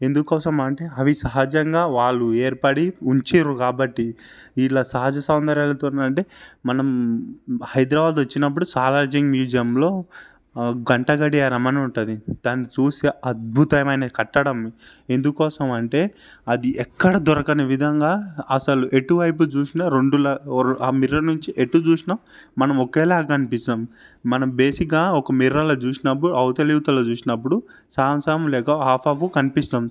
ఎందుకోసమంటే అవి సహజంగా వాళ్ళు ఏర్పడి ఉంచారు కాబట్టి వీళ్ళ సహజ సౌందర్యలతో అంటే మనం హైదరాబాద్ వచ్చినప్పుడు సాలార్జంగ్ మ్యూజియంలో గంట గడియారం అని ఉంటుంది దాన్ని చూసి అద్భుతమైన కట్టడం ఎందుకోసమంటే అది ఎక్కడ దొరకని విధంగా అసలు ఎటువైపు చూసినా రెండులో ఆ మిర్రర్ నుంచి ఎటు చూసినా మనం ఒకేలా కనిపిస్తాము మనం బేసిక్గా ఒక మిర్రర్లో చూసినప్పుడు అవతల ఇవతల చూసినప్పుడు సగం సగం లెక్క హాఫ్ హాఫ్ కనిపిస్తాము